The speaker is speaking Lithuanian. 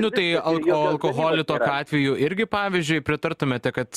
nu tai al o alkoholį tokiu atveju irgi pavyzdžiui pritartumėte kad